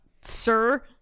sir